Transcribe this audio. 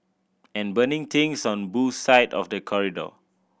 and burning things on both side of the corridor